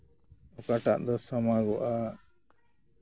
ᱚᱠᱟᱴᱟᱜ ᱫᱚ ᱥᱟᱢᱟᱜᱚᱜᱼᱟ